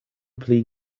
pli